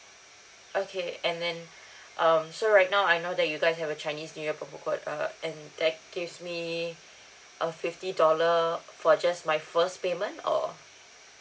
okay and then um so right now I know that you guys have a chinese new year promo code uh and that gives me a fifty dollar for just my first payment or